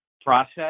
process